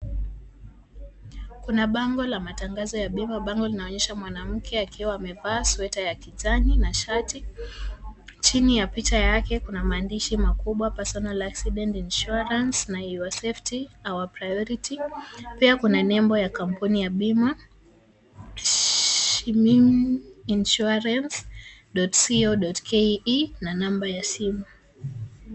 Kuna bango la matangazo ya bima, bango linaonyesha mwanamke akiwa amevaa sueta ya kijani na shati. Chini ya picha yake kuna maandishi makubwa, Personal Accident Insurance, na Your Safety Our Priority. Pia kuna nembo ya kampuni ya bima. Shimim Insurance.co.ke, na namba ya simu.